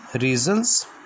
reasons